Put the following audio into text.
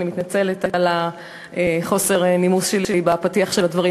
אני מתנצלת על חוסר הנימוס שלי בפתיח של הדברים.